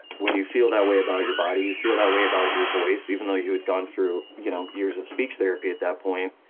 when you feel that way about your body, you feel that way about your voice, even though you had gone through you know years of speech therapy at that point,